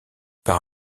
par